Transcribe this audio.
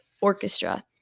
orchestra